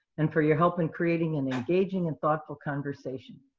and for your help in creating an engaging and thoughtful conversation.